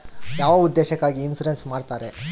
ಯಾವ ಉದ್ದೇಶಕ್ಕಾಗಿ ಇನ್ಸುರೆನ್ಸ್ ಮಾಡ್ತಾರೆ?